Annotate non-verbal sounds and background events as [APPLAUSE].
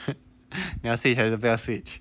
[LAUGHS] 你要 switch 还是不要 switch